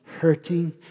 hurting